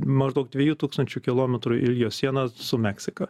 maždaug dviejų tūkstančių kilometrų ilgio siena su meksika